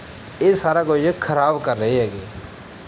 ਇਹ ਸਾਰਾ ਕੁਝ ਖ਼ਰਾਬ ਕਰ ਰਹੇ ਹੈਗੇ